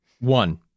One